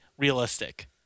Realistic